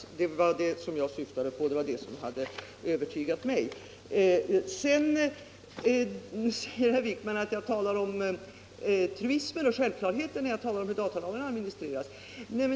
Det var vad jag syftade på, och det var det som övertygade mig. Sedan säger herr Wijkman att jag talade om truismer och självklarheter när jag talade om hur datalagen administreras.